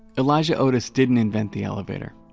elijah otis didn't invent the elevator.